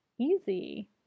easy